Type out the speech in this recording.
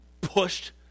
pushed